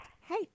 Hey